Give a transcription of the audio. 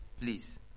Please